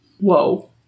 Whoa